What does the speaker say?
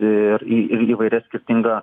ir į ir įvairi skirtinga